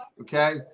Okay